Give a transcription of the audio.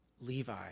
Levi